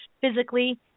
physically